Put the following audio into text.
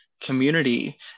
community